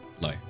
low